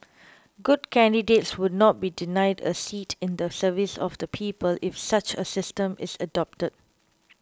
good candidates would not be denied a seat in the service of the people if such a system is adopted